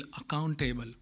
accountable